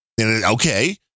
Okay